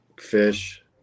fish